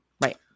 right